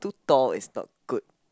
too tall is not good